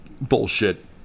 bullshit